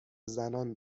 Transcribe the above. زنان